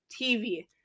TV